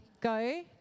go